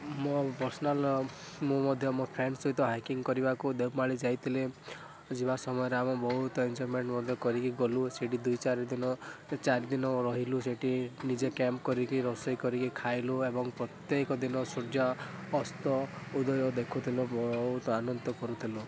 ମୋ ପର୍ସନାଲ୍ ମୁଁ ମଧ୍ୟ ମୋ ଫ୍ରେଣ୍ଡ ସହିତ ହାଇକିଙ୍ଗ କରିବାକୁ ଦେଓମାଳି ଯାଇଥିଲି ଯିବା ସମୟରେ ଆମେ ବହୁତ ଏନ୍ଜୟମେଣ୍ଟ ମଧ୍ୟ କରିକି ଗଲୁ ସେଠି ଦୁଇ ଚାରିଦିନ ଚାରିଦିନ ରହିଲୁ ସେଠି ନିଜେ କ୍ୟାମ୍ପ୍ କରିକି ରୋଷେଇ କରିକି ଖାଇଲୁ ଏବଂ ପ୍ରତ୍ୟେକ ଦିନ ସୂର୍ଯ୍ୟ ଅସ୍ତ ଉଦୟ ଦେଖୁଥିଲୁ ବହୁତ ଆନନ୍ଦିତ କରୁଥିଲୁ